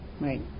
Right